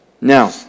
Now